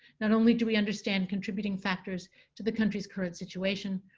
not only do we understand contributing factors to the country's current situation,